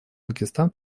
пакистан